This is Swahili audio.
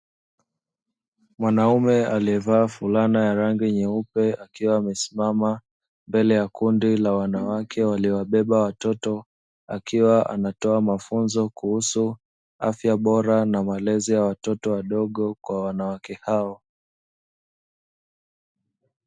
Mwanaume aliyevaa fulana ya rangi nyeupe, akiwa amesimama mbele ya kundi la wanawake waliobeba watoto, akiwa anatoa mafunzo kuhusu afya bora na malezi ya watoto wadogo kwa wanawake hao.